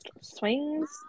swings